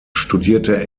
studierte